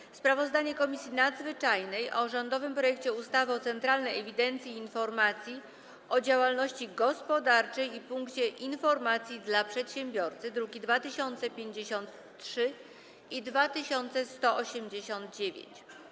6. Sprawozdanie Komisji Nadzwyczajnej o rządowym projekcie ustawy o Centralnej Ewidencji i Informacji o Działalności Gospodarczej i Punkcie Informacji dla Przedsiębiorcy (druki nr 2053 i 2189)